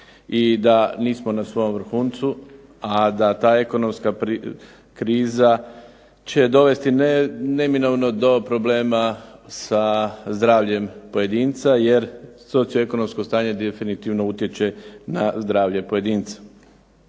I da nismo na svom vrhuncu, a da ta ekonomska kriza će dovesti neminovno do problema sa zdravljem pojedinca, jer socioekonomsko stanje definitivno utječe na zdravlje pojedinca.